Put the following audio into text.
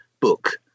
book